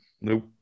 Nope